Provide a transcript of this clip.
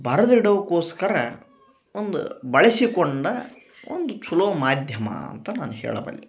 ಬರದಿಡೋಕೋಸ್ಕರ ಒಂದು ಬಳಸಿಕೊಂಡ ಒಂದು ಛಲೋ ಮಾಧ್ಯಮ ಅಂತ ನಾನು ಹೇಳಬಲ್ಲೆ